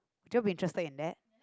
will you be interested in that